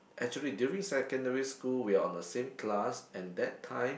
actually during secondary school we are on the same class and that time